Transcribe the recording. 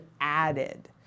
added